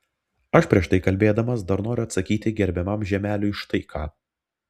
aš prieš tai kalbėdamas dar noriu atsakyti gerbiamam žiemeliui štai ką